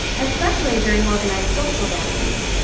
especially during organized social gatherings.